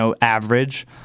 average